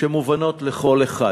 שמובנות לכל אחד: